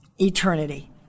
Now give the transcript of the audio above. eternity